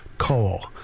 coal